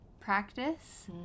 practice